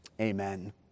amen